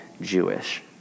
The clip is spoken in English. Jewish